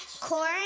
corn